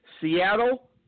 Seattle